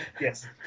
Yes